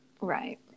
Right